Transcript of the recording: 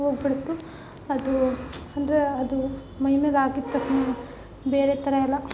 ಹೋಗಿಬಿಡ್ತು ಅದು ಅಂದರೆ ಅದು ಮೈಮೇಲೆ ಹಾಕಿ ತಕ್ಷ್ಣ ಬೇರೆ ಥರ ಎಲ್ಲ